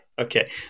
okay